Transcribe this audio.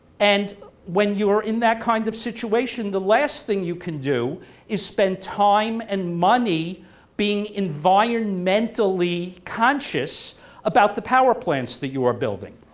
and when you are in that kind of situation the last thing you can do is spend time and money being environmentally conscious about the power plants that you are building.